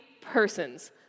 persons